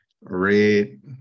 red